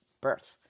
birth